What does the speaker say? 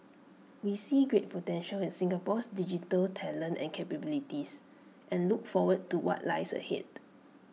we see great potential in Singapore's digital talent and capabilities and look forward to what lies ahead